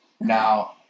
Now